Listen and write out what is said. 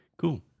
Cool